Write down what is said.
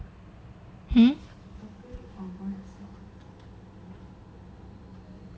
hmm